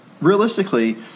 realistically